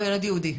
או ילד יהודי,